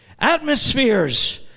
atmospheres